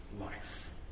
life